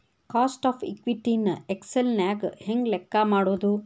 Cost of equity ನ Excel ನ್ಯಾಗ ಹೆಂಗ್ ಲೆಕ್ಕಾ ಮಾಡೊದು?